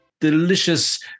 delicious